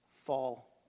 Fall